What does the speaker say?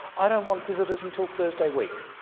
i don't want visitors until thursday week